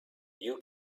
you